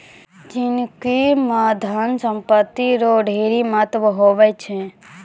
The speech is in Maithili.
जिनगी म धन संपत्ति रो ढेरी महत्व हुवै छै